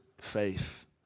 faith